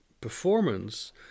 performance